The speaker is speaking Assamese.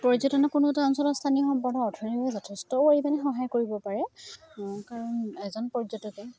পৰ্যটনৰ কোনোটা অঞ্চলৰ স্থানীয় যথেষ্ট পৰিমাণে সহায় কৰিব পাৰে কাৰণ এজন পৰ্যটকে